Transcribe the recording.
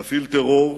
מפעיל טרור,